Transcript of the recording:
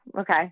okay